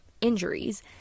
injuries